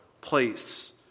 place